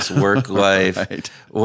work-life